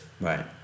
right